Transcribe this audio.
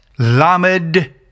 Lamed